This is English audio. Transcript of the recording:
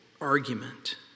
argument